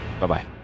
Bye-bye